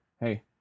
hey